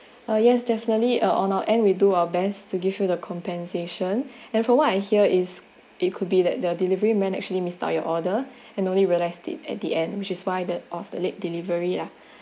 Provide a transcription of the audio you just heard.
ah yes definitely uh on our end we do our best to give you the compensation and for what I hear is it could be that the delivery man actually miss out your order and only realize it at the end which is why the of the late delivery lah